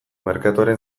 merkatuaren